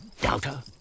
doubter